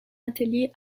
atelier